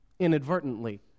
inadvertently